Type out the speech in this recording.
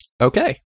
Okay